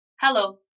Hello